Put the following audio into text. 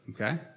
Okay